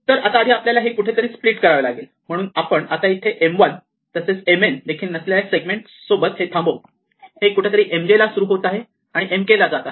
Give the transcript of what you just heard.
तर आता आधी आपल्याला हे कुठेतरी स्प्लिट करावे लागेल म्हणून आपण आता इथे M1 तसेच Mn देखील नसलेल्या सेगमेंट सोबत हे थांबवू हे कुठेतरी Mj ला सुरु होत आहे आणि Mk ला जात आहे